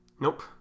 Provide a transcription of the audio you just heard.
Nope